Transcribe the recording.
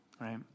right